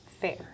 fair